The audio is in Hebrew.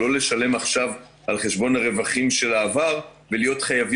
לא לשלם עכשיו על חשבון הרווחים של העבר ושתהיו